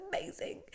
amazing